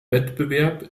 wettbewerb